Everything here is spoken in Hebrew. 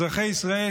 אזרחי ישראל,